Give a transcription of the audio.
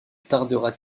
tardera